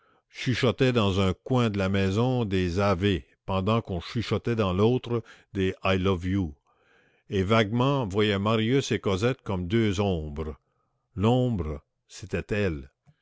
chuchotait dans un coin de la maison des ave pendant qu'on chuchotait dans l'autre des i love you et vaguement voyait marius et cosette comme deux ombres l'ombre c'était elle